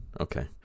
Okay